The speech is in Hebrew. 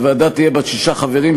הוועדה תהיה בת שישה חברים,